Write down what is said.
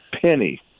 penny